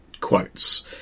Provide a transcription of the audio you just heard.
quotes